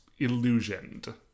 illusioned